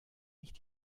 nicht